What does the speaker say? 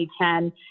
2010